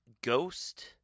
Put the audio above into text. Ghost